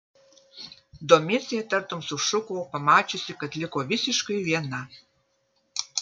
domicė tartum sušuko pamačiusi kad liko visiškai viena